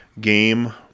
game